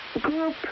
Group